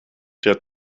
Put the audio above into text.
der